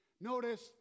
Notice